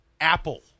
apple